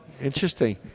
Interesting